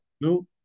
No